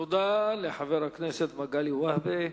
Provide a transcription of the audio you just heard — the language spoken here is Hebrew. תודה לחבר הכנסת מגלי והבה.